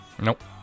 Nope